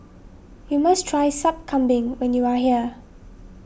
you must try Sup Kambing when you are here